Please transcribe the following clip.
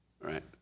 right